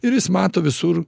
ir jis mato visur